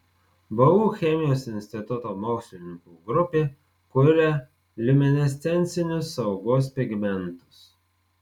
vu chemijos instituto mokslininkų grupė kuria liuminescencinius saugos pigmentus